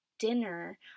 dinner